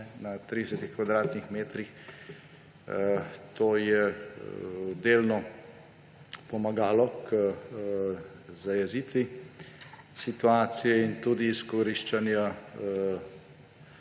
na 30 kvadratnih metrih. To je delno pomagalo k zajezitvi situacije in tudi izkoriščanju